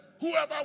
whoever